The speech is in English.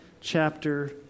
chapter